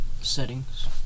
settings